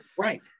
Right